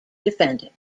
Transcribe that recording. defendant